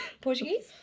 Portuguese